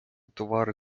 товари